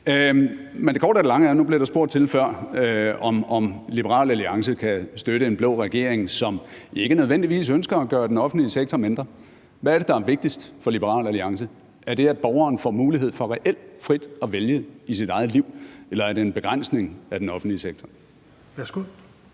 Men det korte af det lange er: Nu blev der før spurgt til, om Liberal Alliance kan støtte en blå regering, som ikke nødvendigvis ønsker at gøre den offentlige sektor mindre. Hvad er det, der er vigtigst for Liberal Alliance – er det, at borgeren reelt får mulighed for frit at vælge i sit eget liv, eller er det en begrænsning af den offentlige sektor? Kl.